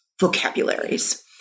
vocabularies